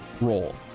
role